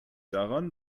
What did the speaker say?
daran